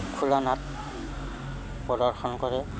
ফুলা নাট প্ৰদৰ্শন কৰে